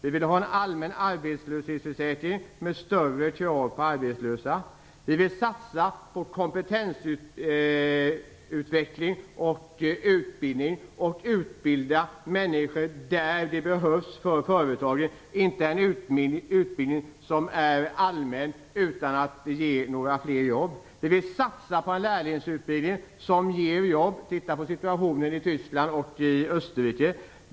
Vi vill ha en allmän arbetslöshetsförsäkring med större krav på arbetslösa. Vi vill satsa på kompetensutveckling och utbildning. Vi vill utbilda människor där de behövs för företagen. Vi vill inte ha en utbildning som är allmän utan att ge fler jobb. Vi vill satsa på en lärlingsutbildning som ger jobb; se på situationen i Tyskland och Österrike.